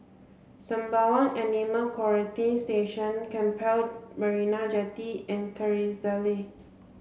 Sembawang Animal Quarantine Station Keppel Marina Jetty and Kerrisdale